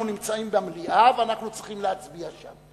נמצאים במליאה ואנחנו צריכים להצביע שם,